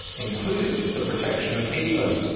including the protection of peatland.